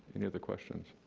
any other questions?